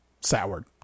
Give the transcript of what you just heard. soured